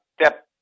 step